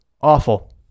awful